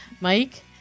Mike